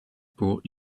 brought